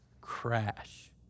crash